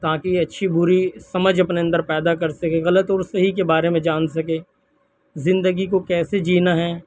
تاکہ یہ اچھی بری سمجھ اپنے اندر پیدا کر سکیں غلط اور صحیح کے بارے میں جان سکیں زندگی کو کیسے جینا ہے